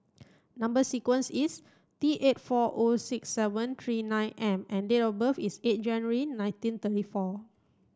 number sequence is T eight four O six seven three nine M and date of birth is eight January nineteen thirty four